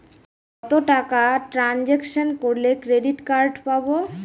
কত টাকা ট্রানজেকশন করলে ক্রেডিট কার্ড পাবো?